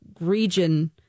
region